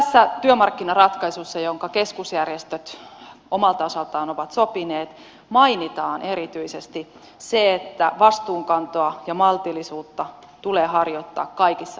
tässä työmarkkinaratkaisussa jonka keskusjärjestöt omalta osaltaan ovat sopineet mainitaan erityisesti se että vastuunkantoa ja maltillisuutta tulee harjoittaa kaikessa palkitsemisessa